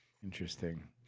Interesting